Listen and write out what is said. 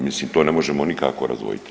Mislim to ne možemo nikako razdvojiti.